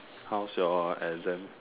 how's your exam